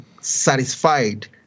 satisfied